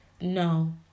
No